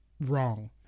wrong